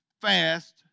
fast